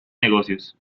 negocios